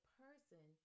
person